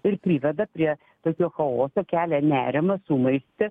ir priveda prie tokio chaoso kelia nerimą sumaištį